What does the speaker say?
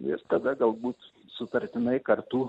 ir tada galbūt sutartinai kartu